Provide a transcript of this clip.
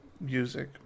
music